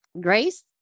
Grace